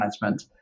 Management